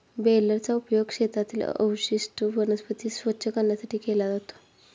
बेलरचा उपयोग शेतातील अवशिष्ट वनस्पती स्वच्छ करण्यासाठी केला जातो